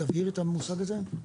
תגדיר את המושג הזה.